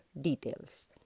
details